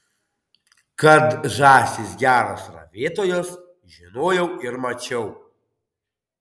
kad žąsys geros ravėtojos žinojau ir mačiau